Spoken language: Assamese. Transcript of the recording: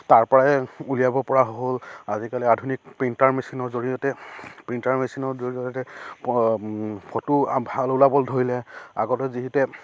তাৰপৰাই উলিয়াব পৰা হ'ল আজিকালি আধুনিক প্ৰিণ্টাৰ মেচিনৰ জৰিয়তে প্ৰিণ্টাৰ মেচিনৰ জৰিয়তে ফটো ভাল ওলাবলৈ ধৰিলে আগতে যিহেতু